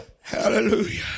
Hallelujah